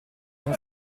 sono